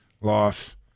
Loss